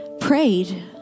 prayed